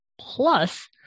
Plus